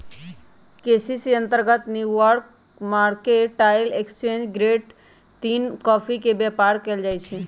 केसी के अंतर्गत New York mercantile exchange grade तीन कॉफी के व्यापार कएल जाइ छइ